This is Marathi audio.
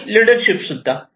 आणि लीडरशिप सुद्धा